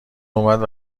اومد